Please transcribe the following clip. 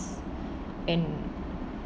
and